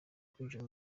kwinjira